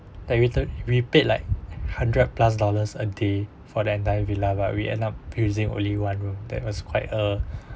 like we we paid like hundred plus dollars a day for the entire villa but we end up using only one room that was quite a